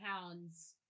pounds